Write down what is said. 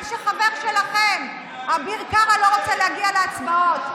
שחבר שלכם אביר קארה לא רוצה להגיע להצבעות.